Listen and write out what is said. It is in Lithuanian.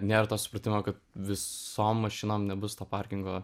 nėra to supratimo kad visom mašinom nebus to parkingo